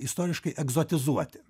istoriškai egzotizuoti